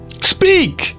Speak